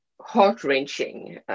heart-wrenching